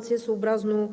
четири от тях вече са възстановени, но сега ще дам подробна информация съобразно